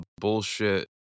bullshit